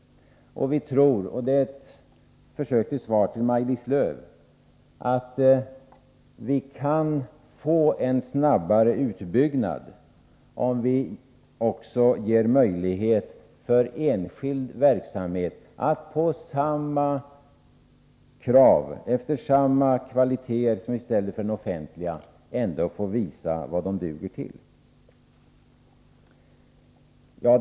Vi tror — det är ett försök till svar till Maj-Lis Lööw — att vi kan få en snabbare utbyggnad om vi också ger enskilda möjlighet att — med samma krav som vi ställer på den offentliga verksamheten och med samma kvalitet som den har — få visa vad de duger till.